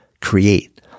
create